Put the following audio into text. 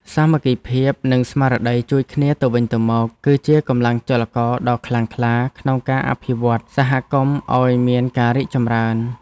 សាមគ្គីភាពនិងស្មារតីជួយគ្នាទៅវិញទៅមក គឺជាកម្លាំងចលករដ៏ខ្លាំងក្លាក្នុងការអភិវឌ្ឍសហគមន៍ឱ្យមានការរីកចម្រើន។